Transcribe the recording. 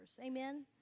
amen